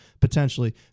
potentially